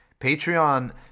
Patreon